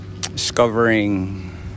Discovering